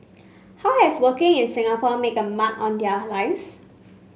how has working in Singapore make a mark on their lives